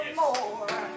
more